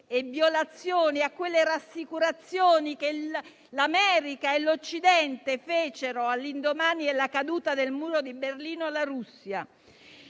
e di quelle rassicurazioni che l'America e l'Occidente fecero all'indomani della caduta del Muro di Berlino alla Russia.